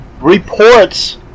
reports